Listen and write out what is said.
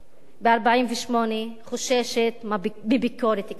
ב-1948 חוששת מביקורת כלפיה.